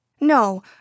No